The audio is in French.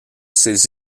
ses